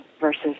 versus